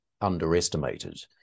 underestimated